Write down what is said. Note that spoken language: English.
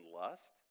lust